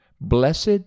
Blessed